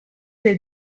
dei